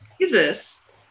Jesus